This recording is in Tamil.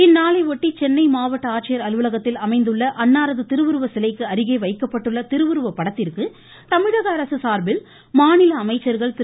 இந்நாளையொட்டி சென்னை மாவட்ட ஆட்சியர் அலுவலகத்தில் அமைந்துள்ள அன்னாரது திருவுருவச்சிலைக்கு அருகே வைக்கப்பட்டுள்ள திருவுருவப்படத்திற்கு தமிழக அரசு சார்பில் மாநில அமைச்சர்கள் திரு